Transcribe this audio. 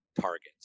targets